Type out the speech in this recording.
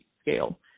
scale